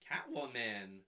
Catwoman